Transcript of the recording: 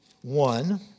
one